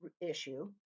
issue